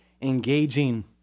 engaging